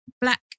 black